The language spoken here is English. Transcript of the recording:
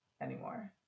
anymore